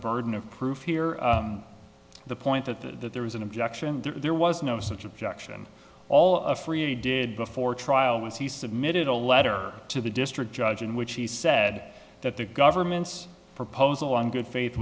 burden of proof here the point that the there was an objection there was no such objection all of freely did before trial once he submitted a letter to the district judge in which he said that the government's proposal on good faith